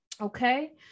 okay